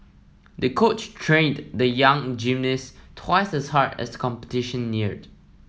the coach trained the young gymnast twice as hard as the competition neared